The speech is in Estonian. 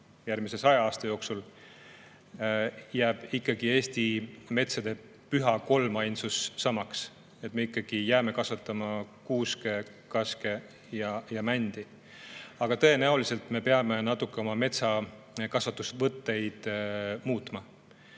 järgmise 100 aasta jooksul jääb Eesti metsade püha kolmainsus ikkagi samaks, me jääme kasvatama kuuske, kaske ja mändi. Aga tõenäoliselt me peame natuke oma metsakasvatusvõtteid muutma.